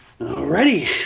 Alrighty